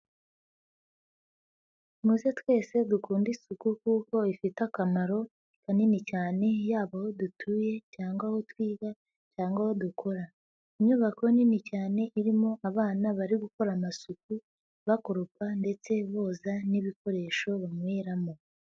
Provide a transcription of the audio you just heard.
Muze twese dukunde isuku kuko bifite akamaro kanini cyane, yaba aho dutuye cyangwa aho twiga cyangwa dukora. Inyubako nini cyane irimo abana bari gukora amasuku, bakoropa ndetse boza n'ibikoresho banyweramo.